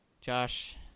Josh